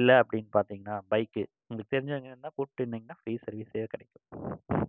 இல்லை அப்படினு பார்த்திங்கனா பைக்கு உங்களுக்கு தெரிஞ்சவங்க இருந்தால் கூட்டு வந்தீங்கனா ஃப்ரீ சர்வீஸ் கிடைக்கும்